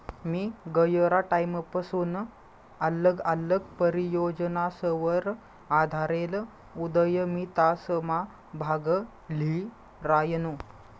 मी गयरा टाईमपसून आल्लग आल्लग परियोजनासवर आधारेल उदयमितासमा भाग ल्ही रायनू